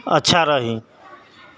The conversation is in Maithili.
अच्छा रहि